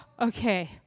okay